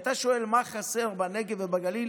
כשאתה שואל מה חסר בנגב ובגליל,